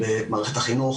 במערכת החינוך,